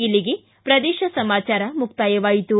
ಇಲ್ಲಿಗೆ ಪ್ರದೇಶ ಸಮಾಚಾರ ಮುಕ್ತಾಯವಾಯಿತು